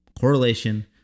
correlation